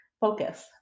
focus